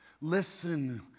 Listen